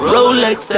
Rolex